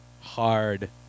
Hard